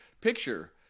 picture